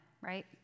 right